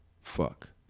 fuck